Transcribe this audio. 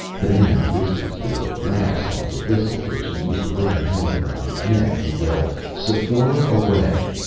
the man of whiskers gave a blast on the whistle which he used to wear hanging round his neck, and yelled, sephora's away!